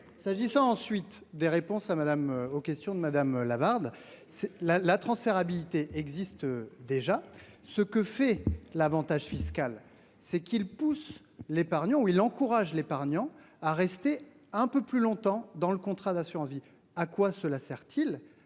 s'agissant ensuite des réponses à Madame aux questions de madame Lavarde. C'est la, la transférabilité existe déjà ce que fait l'Avantage fiscal c'est qu'qui pousse l'épargnant ou il encourage l'épargnant à rester un peu plus longtemps dans le contrat d'assurance vie. À quoi cela sert-il à